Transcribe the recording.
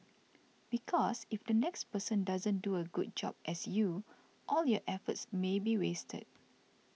because if the next person doesn't do a good job as you all your efforts may be wasted